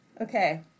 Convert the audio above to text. Okay